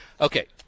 Okay